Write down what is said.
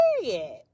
period